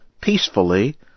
peacefully